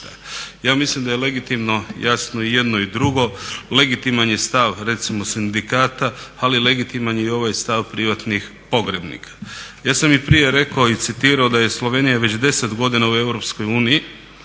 Ja mislim da je legitimno jasno i jedno i drugo. Legitiman je stav recimo sindikata, ali legitiman je i ovaj stav privatnih pogrebnika. Ja sam i prije rekao i citirao da je Slovenija već 10 godina u EU